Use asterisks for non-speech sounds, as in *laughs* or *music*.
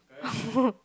oh *laughs*